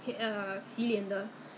我要找他跟他讲 excuse me ah